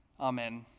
Amen